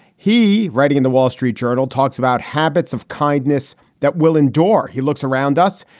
he writing in the wall street journal talks about habits of kindness that will endure. he looks around us.